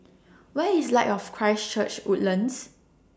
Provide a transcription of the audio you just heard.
Where IS Light of Christ Church Woodlands